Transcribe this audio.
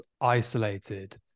isolated